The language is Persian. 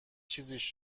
چیزیش